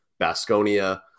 Basconia